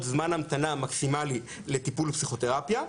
זמן המתנה מקסימלי לטיפול פסיכותרפיה.